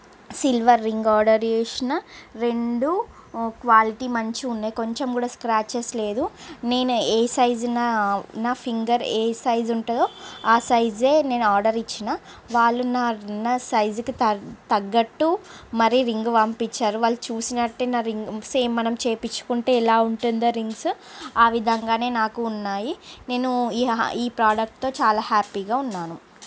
silver ring order చేసిన రెండు quality మంచిగా ఉన్నాయి కొంచెం కూడా స్క్రాచెస్ లేదు నేను ఏ సైజ్ నా ఫింగర్ ఏ సైజ్ ఉంటుందో ఆ సైజు నేను ఆర్డర్ ఇచ్చిన వాళ్ళు నా నా సైజ్కు త తగ్గట్టు మరి రింగు పంపించారు వాళ్ళు చూసినట్టు నా రింగ్ సేమ్ మనం చేయించుకుంటే ఎలా ఉంటుందో రింగ్స్ ఆ విధంగా నాకు ఉన్నాయి నేను ఈ ఈ ప్రాడక్ట్తో చాలా హ్యాపీగా ఉన్నాను